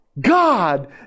God